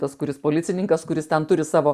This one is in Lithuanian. tas kuris policininkas kuris ten turi savo